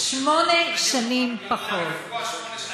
שמונה שנים פחות.